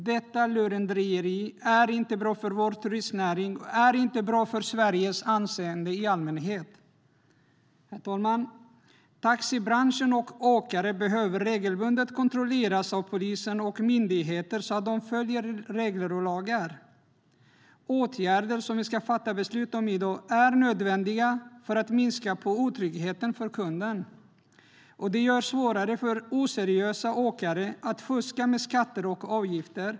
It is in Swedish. Detta lurendrejeri är inte bra för vår turistnäring och är inte bra för Sveriges anseende i allmänhet. Herr talman! Taxibranschen och åkare behöver regelbundet kontrolleras av polis och myndigheter så att de följer regler och lagar. De åtgärder som vi ska fatta beslut om i dag är nödvändiga för att minska otryggheten för kunden och gör det svårare för oseriösa åkare att fuska med skatter och avgifter.